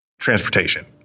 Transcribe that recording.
transportation